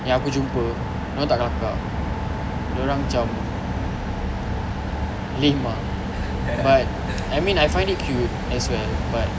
yang aku jumpa dorang tak kelakar dorang macam lame ah but I mean I find it cute as well but